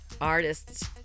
artists